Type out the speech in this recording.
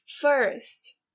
First